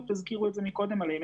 עברו מאז מים